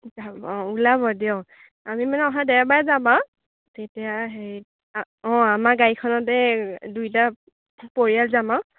যাব ওলাব দিয়ক আমি মানে অহা দেওবাৰে যাম আৰু তেতিয়া হেৰি অঁ আমাৰ গাড়ীখনতে দুয়োটা পৰিয়াল যাম আৰু